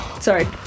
Sorry